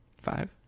Five